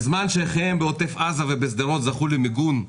בזמן שאחיהם בעוטף עזה ובשדרות זכו למיגון,